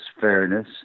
fairness